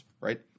right